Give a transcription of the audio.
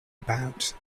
about